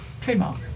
Trademark